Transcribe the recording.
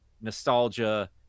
nostalgia